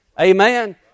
Amen